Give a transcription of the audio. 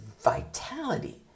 vitality